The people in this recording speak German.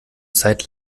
zeit